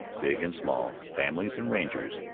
big and small, families and rangers,